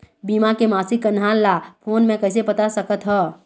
बीमा के मासिक कन्हार ला फ़ोन मे कइसे पता सकत ह?